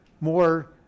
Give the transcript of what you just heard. more